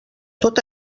tot